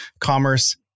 commerce